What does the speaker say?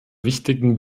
wichtigen